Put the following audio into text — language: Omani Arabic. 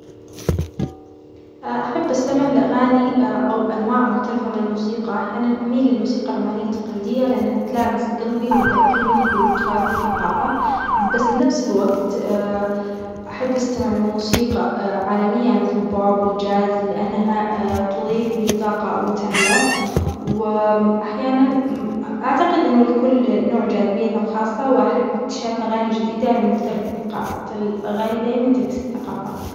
أ أحب أستمع إلى أغانى أو أنواع معينة من الموسيقى، أحيانا أميل إلى للموسيقى العمانية التقليدية لأنها تلامس جلبى وتذكرنى بالتراث والثقافة، بس بنفس الوجت أحب أستمع لموسيقى عالمية مثل البوب والجاز لأنها تظيفلى طاقة وتنوع، و أحيانا أعتقد أنه لكل نوع جاذبيته الخاصة، وأحب إكتشاف أغانى جديدة من مختلف الثقافات، الأغانى دايما تعكس الثقافات.